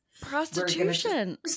Prostitution